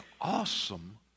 awesome